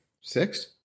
Six